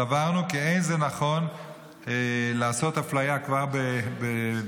סברנו כי לא נכון לעשות אפליה כבר בבית